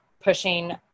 pushing